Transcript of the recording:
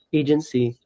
agency